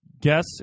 Guess